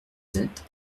sept